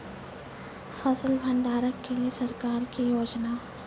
फसल भंडारण के लिए सरकार की योजना?